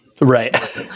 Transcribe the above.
Right